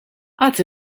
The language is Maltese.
għad